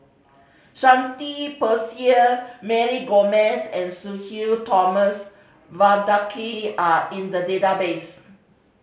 Shanti Mary Gomes and Sudhir Thomas Vadaketh are in the database